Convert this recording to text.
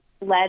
led